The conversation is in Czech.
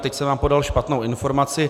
Teď jsem vám podal špatnou informaci.